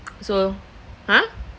so !huh!